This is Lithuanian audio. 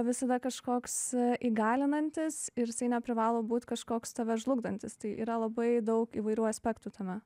visada kažkoks įgalinantis ir jisai neprivalo būt kažkoks tave žlugdantis tai yra labai daug įvairių aspektų tame